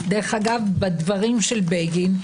בדברים של בגין,